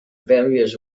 various